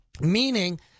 meaning